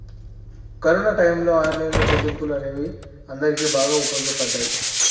corona టైయ్యంలో online చెల్లింపులు అనేవి అందరికీ బాగా వుపయోగపడ్డయ్యి